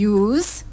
use